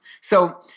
So-